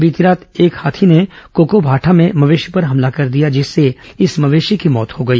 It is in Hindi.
बीती रात एक हाथी ने कोकोभाटा में मवेशी पर हमला कर दिया जिससे इस मवेशी की मौत हो गई